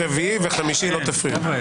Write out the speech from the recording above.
רביעי וחמישי לא תפריעו.